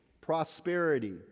prosperity